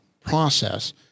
process